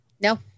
no